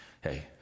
hey